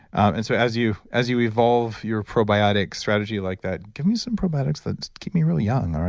and so as you as you evolve your probiotic strategy like that, give me some probiotics that keep me really young.